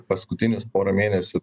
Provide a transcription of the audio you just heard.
paskutinius porą mėnesių